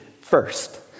first